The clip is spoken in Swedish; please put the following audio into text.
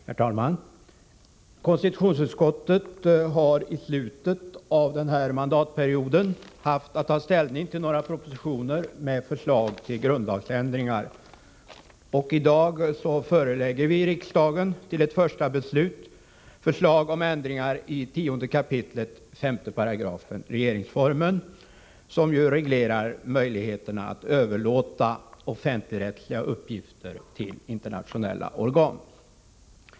Herr talman! Konstitutionsutskottet har i slutet av denna mandatperiod haft att ta ställning till några propositioner med förslag till grundlagsändringar. I dag förelägger vi riksdagen till ett första beslut förslag om ändringar i 10 kap. 5§ regeringsformen, som reglerar möjligheterna att överlåta offentligrättsliga uppgifter till internationella organ.